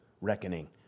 reckoning